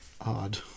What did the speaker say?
odd